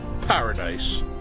paradise